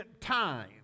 time